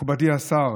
מכובדי השר